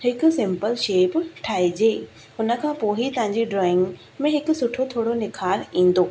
हिकु simple shape ठाहिजे हुन खां पोइ ई तव्हांजी ड्रॉइंग में हिकु सुठो थोरो निखारु ईंदो